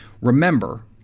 Remember